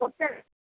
ପଚାର